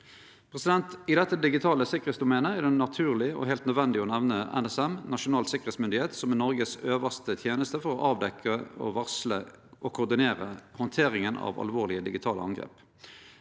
I dette digitale sikkerheitsdomenet er det naturleg og heilt nødvendig å nemne NSM, Nasjonalt tryggingsorgan, som er den øvste tenesta i Noreg for å avdekkje, varsle og koordinere handteringa av alvorlege digitale angrep.